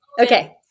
Okay